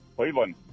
Cleveland